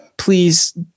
Please